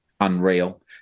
unreal